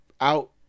out